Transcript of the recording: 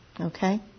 Okay